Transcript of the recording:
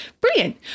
Brilliant